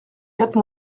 quatre